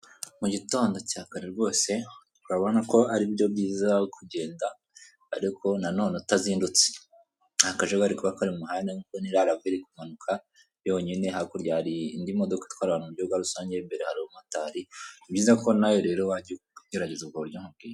Mu gitondo cya kare rwose, urabona ko aribyo byiza kugenda ariko nonene utazindutse. Nta kajagari kaba kari mu muhanda, iri kumanuka yonyine hakurya indi modoka itwara anantu mu buryo rusange imbera hari umumotari, ni byiza ko nawe rero wajya ugerageza ubwo buryo nkubwiye.